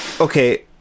okay